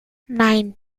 nine